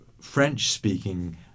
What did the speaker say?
French-speaking